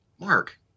Mark